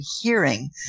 hearing